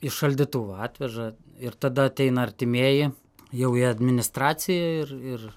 iš šaldytuvo atveža ir tada ateina artimieji jau į administraciją ir ir